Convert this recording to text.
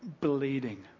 bleeding